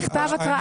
מכתב התראה.